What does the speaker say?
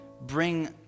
Bring